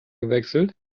gewechselt